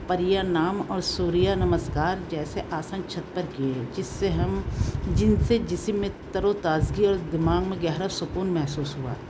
پریا نام اور سوریہ نمسکار جیسے آسن چھت پر کیے ہے جس سے ہم جن سے جسم میں تر و تازگی اور دماغ میں گہرا سکون محسوس ہوا